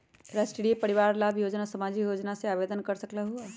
राष्ट्रीय परिवार लाभ योजना सामाजिक योजना है आवेदन कर सकलहु?